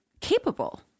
capable